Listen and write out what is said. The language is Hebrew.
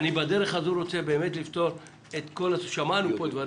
אני רוצה לתת תשובה לסוגיה הספציפית הזאת.